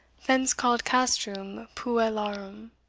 thence called castrum puellarum.